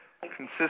consistent